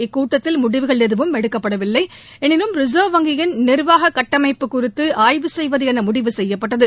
இக்கூட்டத்தில் முடிவுகள் எதுவும் எடுக்கப்படவில்லை எனினும் ரிசர்வ் வங்கியின் நிர்வாக கட்டமைப்பு குறித்து ஆய்வு செய்வது என முடிவு செய்யப்பட்டது